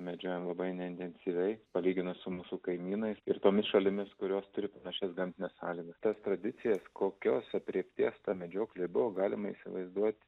medžiojam labai neintensyviai palyginus su mūsų kaimynais ir tomis šalimis kurios turi panašias gamtines sąlygas tas tradicijas kokios aprėpties ta medžioklė buvo galima įsivaizduot